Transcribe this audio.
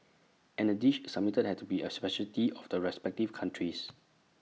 and the dish submitted had to be A speciality of the respective countries